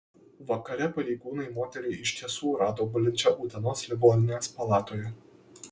vakare pareigūnai moterį iš tiesų rado gulinčią utenos ligoninės palatoje